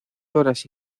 horas